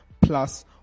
plus